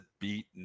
beat